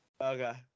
Okay